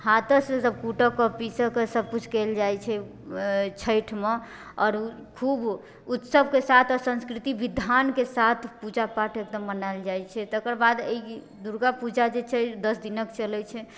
हाथसँ सब कूटऽ कऽ पीसऽ कऽ सब किछुके कएल जाइत छै छठिमे आओर ओ खूब उत्सवके साथ संस्कृति विधानके साथ पूजापाठ एकदम मनाएल जाइत छै तकर बाद ई दुर्गापूजा जे छै दश दिनक चलैत छै